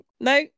no